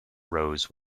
rose